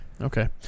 Okay